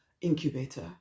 Incubator